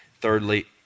Thirdly